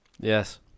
yes